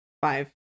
five